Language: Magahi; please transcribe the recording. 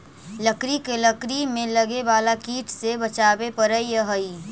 लकड़ी के लकड़ी में लगे वाला कीट से बचावे पड़ऽ हइ